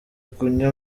kunywa